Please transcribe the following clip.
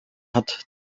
hat